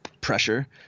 pressure